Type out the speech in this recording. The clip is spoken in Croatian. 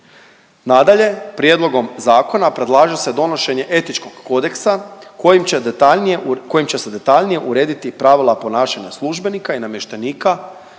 Nadalje, prijedlogom zakona predlaže se donošenje etičkog kodeksa kojim će detaljnije, kojim će se detaljnije urediti pravila ponašanja službenika i namještenika